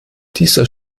dieser